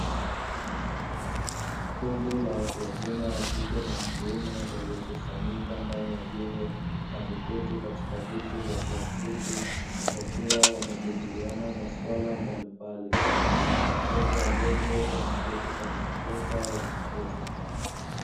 Kundi la watu wazima wa kike na wa kiume; waliokusanyika ndani ya jengo na kuketi katika viti vya plastiki, wakiwa wanajadiliana maswala mbalimbali. Watoto wadogo wameketi kwenye mkeka wakicheza.